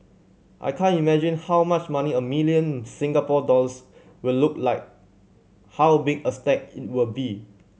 I can't imagine how much money a million Singapore dollars will look like how big a stack it will be